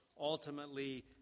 ultimately